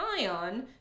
ion